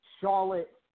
Charlotte